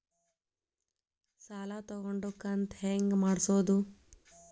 ಸಾಲ ತಗೊಂಡು ಕಂತ ಹೆಂಗ್ ಮಾಡ್ಸೋದು?